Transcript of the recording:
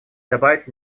добавить